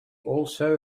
also